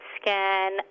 scan